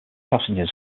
passengers